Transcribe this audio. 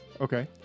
Okay